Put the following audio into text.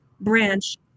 branch